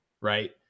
right